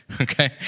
okay